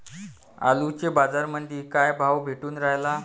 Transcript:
आलूले बाजारामंदी काय भाव भेटून रायला?